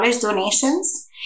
donations